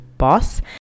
boss